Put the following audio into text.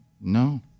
No